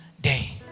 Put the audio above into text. day